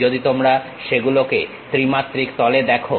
যদি তোমরা সেগুলোকে ত্রিমাত্রিক তলে দেখো